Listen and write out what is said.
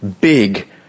big